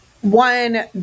one